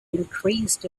increased